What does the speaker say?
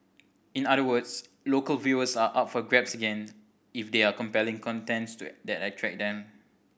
in other words local viewers are up for grabs again if there are compelling content to attract them